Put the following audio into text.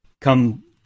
come